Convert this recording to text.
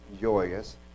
joyous